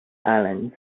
islands